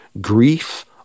grief